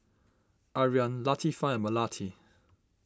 Aryan Latifa and Melati